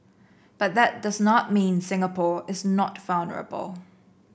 but that does not mean Singapore is not vulnerable